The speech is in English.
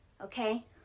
okay